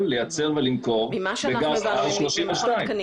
כי הדבר הזה נמשך כבר שנים וצריך לשים לזה סוף אחת ולתמיד.